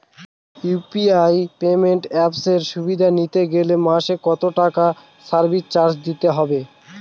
UPI payment অ্যাপের সুবিধা নিতে গেলে মাসে কত টাকা সার্ভিস চার্জ দিতে হবে?